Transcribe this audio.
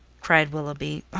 cried willoughby,